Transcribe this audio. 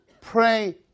pray